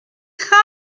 heart